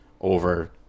over